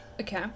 Okay